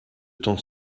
temps